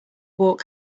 walk